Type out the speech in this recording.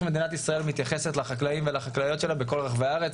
מדינת ישראל מתייחסת לחקלאים ולחקלאיות שלה בכל רחבי הארץ.